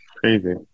Crazy